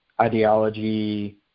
ideology